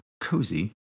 Cozy